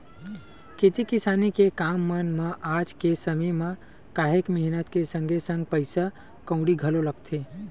खेती किसानी के काम मन म आज के समे म काहेक मेहनत के संगे संग पइसा कउड़ी घलो लगथे